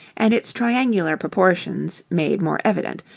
and its triangular proportions made more evident,